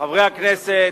חברי הכנסת,